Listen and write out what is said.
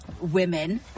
women